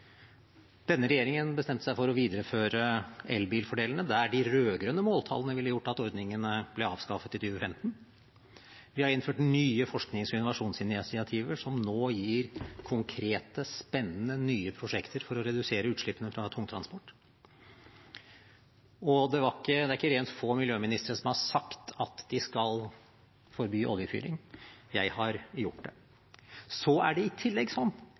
Denne regjeringen bestemte seg for å videreføre elbilfordelene. De rød-grønne måltallene ville ha gjort at ordningen ble avskaffet i 2015. Vi har innført nye forsknings- og innovasjonsinitiativer som nå gir konkrete, spennende og nye prosjekter for å redusere utslippene fra tungtransport, og det er ikke rent få miljøministre som har sagt at de skal forby oljefyring. Jeg har gjort det. Det er i tillegg sånn